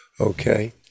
Okay